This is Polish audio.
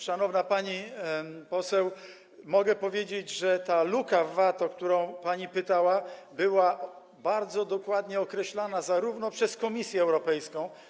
Szanowna pani poseł, mogę powiedzieć, że ta luka w VAT, o którą pani pytała, była bardzo dokładnie określona również przez Komisję Europejską.